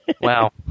Wow